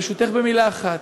ברשותך, במילה אחת.